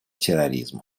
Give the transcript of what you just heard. терроризму